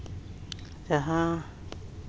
ᱡᱟᱦᱟᱸ